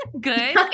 good